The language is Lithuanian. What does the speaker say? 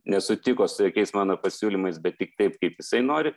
nesutiko su jokiais mano pasiūlymais bet tik taip kaip jisai nori